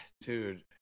Dude